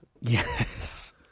Yes